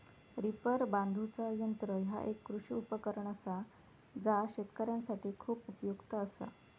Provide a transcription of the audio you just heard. reaper बांधुचा यंत्र ह्या एक कृषी उपकरण असा जा शेतकऱ्यांसाठी खूप उपयुक्त असा